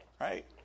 right